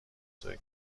توئه